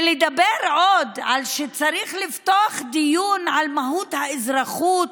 ולהגיד עוד שצריך לפתוח דיון על מהות האזרחות,